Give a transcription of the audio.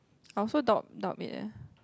I also doubt doubt it leh